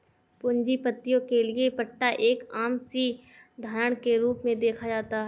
पूंजीपतियों के लिये पट्टा एक आम सी धारणा के रूप में देखा जाता है